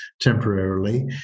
temporarily